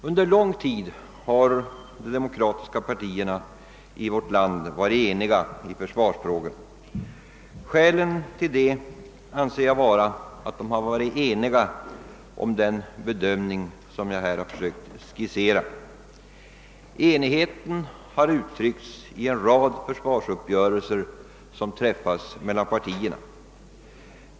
Under lång tid har de demokratiska partierna i vårt land varit eniga i försvarsfrågan. Detta har, anser jag, berott på att de varit eniga om den bedömning jag här försökt skissera. Enigheten har uttryckts i den rad försvarsuppgörelser som träffats mellan partierna.